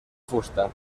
fusta